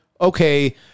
okay